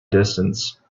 distance